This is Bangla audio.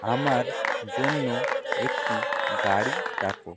আমার জন্য একটি গাড়ি ডাকো